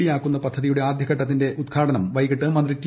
D ആക്കുന്ന പദ്ധതിയുടെ ആദ്യഘട്ടത്തിന്റെ ഉദ്ഘാടനം വൈകിട്ട് മന്ത്രി ടി